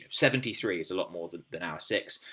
seventy three is a lot more than than our six.